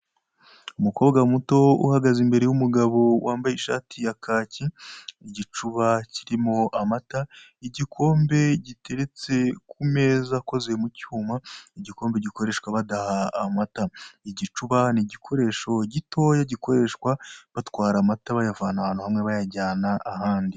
Umukobwa muto uhagaze imbere y'umugabo wambaye ishati ya kaki. Igicuba kirimo amata, igikombe giteretse ku meza akoze mu cyuma; igikombe gikoreshwa badaha amata. Igicuba n'igikoresho gitoya gikoreshwa batwara amata, bayavana ahantu hamwe bayajyana ahandi.